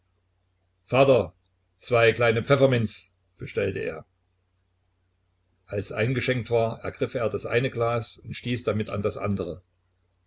vater zwei kleine pfefferminz bestellte er als eingeschenkt war ergriff er das eine glas und stieß damit an das andere